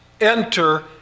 enter